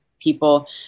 people